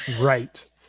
right